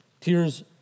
Tears